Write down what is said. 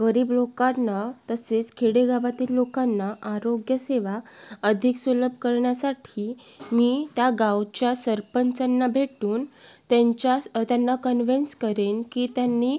गरीब लोकांना तसेच खेडेगावातील लोकांना आरोग्यसेवा अधिक सुलभ करण्यासाठी मी त्या गावच्या सरपंचांना भेटून त्यांच्याच त्यांना कन्विन्स करेन की त्यांनी